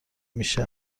میشه